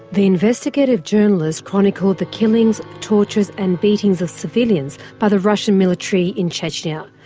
the investigative journalist chronicled the killings, tortures, and beatings of civilians by the russian military in chechnya.